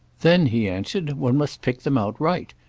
then, he answered, one must pick them out right.